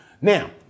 Now